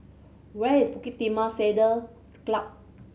where is Bukit Timah Saddle Club